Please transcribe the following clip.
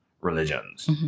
religions